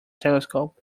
telescope